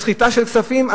בסחיטה של כספים,